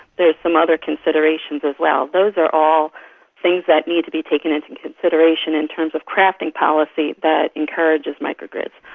there are some other considerations as well. those are all things that need to be taken into consideration in terms of crafting policy that encourages micro-grids.